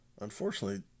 Unfortunately